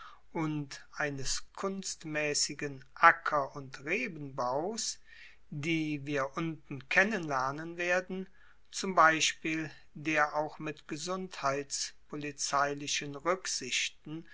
und eines kunstmaessigen acker und rebenbaus die wir unten kennenlernen werden zum beispiel der auch mit gesundheitspolizeilichen ruecksichten